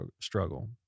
struggle